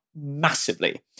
massively